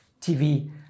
TV